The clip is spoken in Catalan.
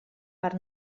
per